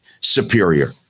superior